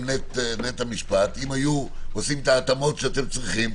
נט"ע משפט אם היו עושים את ההתאמות שאתם צריכים.